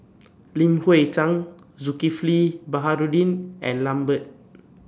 Li Hui Cheng Zulkifli Baharudin and Lambert